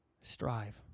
Strive